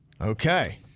Okay